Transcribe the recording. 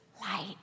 light